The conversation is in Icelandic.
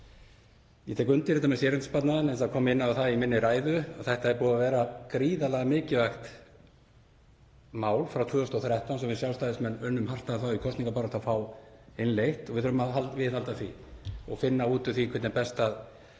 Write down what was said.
Ég tek undir þetta með séreignarsparnaðinn og kom inn á það í minni ræðu að þetta er búið að vera gríðarlega mikilvægt mál frá 2013 sem við Sjálfstæðismenn unnum hart að í kosningabaráttu að fá innleitt. Við þurfum að viðhalda því og finna út úr því hvernig best er